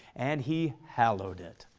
and he hallowed it.